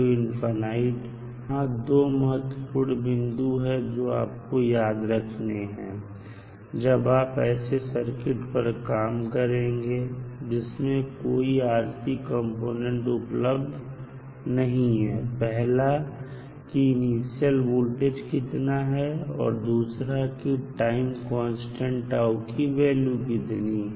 अब यहां दो महत्वपूर्ण बिंदु है जो आपको याद रखने हैं जब आप ऐसे सर्किट पर काम करेंगे जिसमें कोई RC कंपोनेंट उपलब्ध नहीं है पहला की इनिशियल वोल्टेज कितना है और दूसरा की टाइम कांस्टेंट τ की वैल्यू कितनी है